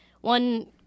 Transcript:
one